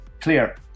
Clear